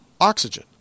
oxygen